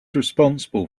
responsible